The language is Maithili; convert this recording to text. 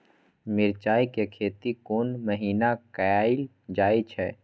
मिरचाय के खेती कोन महीना कायल जाय छै?